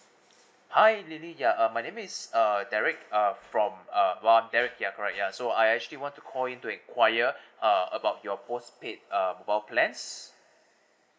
hi lily ya uh my name is uh derrick uh from um uh derrick ya correct ya so I actually want to call in to enquire uh about your postpaid uh mobile plans